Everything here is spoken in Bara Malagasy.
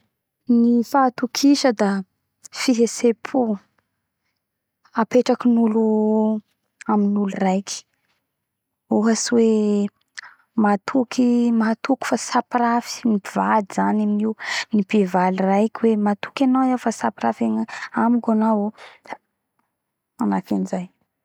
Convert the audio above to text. Ny fahatokisa da fetsepo apetrkinolo amy olo raiky ohatsy hoe matoky matoky fa tsy hapirafy ny pivady zany i io ny pivady raiky hoe matoky anao iaho fa tsy hapirafy am agnamiko anao manahaky anizay.